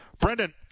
Brendan